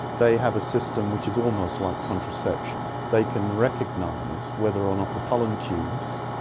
they have a system which is almost like contraception. they can recognise whether or not the pollen tubes,